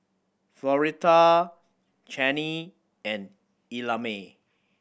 Floretta Channie and Ellamae